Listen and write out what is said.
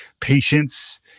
patience